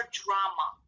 drama